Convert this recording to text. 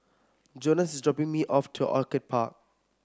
Jonas is dropping me off to Orchid Park